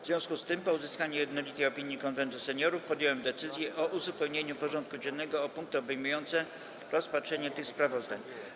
W związku z tym, po uzyskaniu jednolitej opinii Konwentu Seniorów, podjąłem decyzję o uzupełnieniu porządku dziennego o punkty obejmujące rozpatrzenie tych sprawozdań.